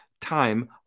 time